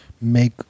make